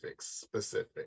specific